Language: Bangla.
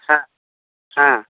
হ্যাঁ হ্যাঁ